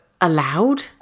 allowed